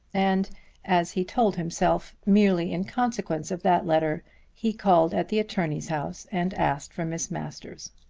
and as he told himself, merely in consequence of that letter he called at the attorney's house and asked for miss masters.